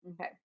Okay